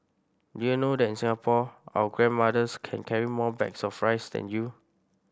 do you know that in Singapore our grandmothers can carry more bags of rice than you